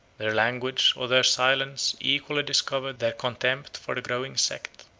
their language or their silence equally discover their contempt for the growing sect,